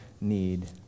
need